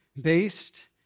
based